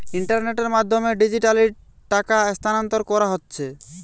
ইন্টারনেটের মাধ্যমে ডিজিটালি টাকা স্থানান্তর কোরা হচ্ছে